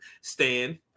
Stan